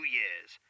years